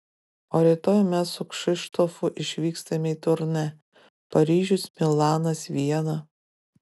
o rytoj mes su kšištofu išvykstame į turnė paryžius milanas viena